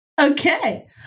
Okay